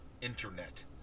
internet